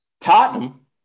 Tottenham